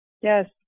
Yes